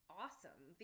awesome